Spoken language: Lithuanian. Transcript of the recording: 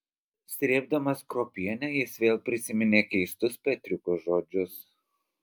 srėbdamas kruopienę jis vėl prisiminė keistus petriuko žodžius